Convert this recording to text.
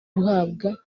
guhabwa